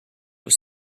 was